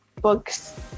books